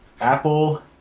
Apple